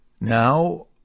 Now